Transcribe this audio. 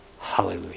Hallelujah